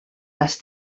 les